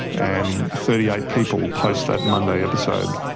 and thirty eight people, post that monday episode,